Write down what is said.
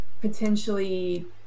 potentially